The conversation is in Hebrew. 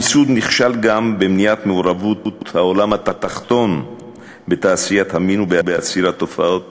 המיסוד נכשל גם במניעת מעורבות העולם התחתון בתעשיית המין ובעצירת תופעת